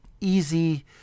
easy